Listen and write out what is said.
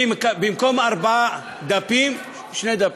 אני, במקום ארבעה דפים, שני דפים.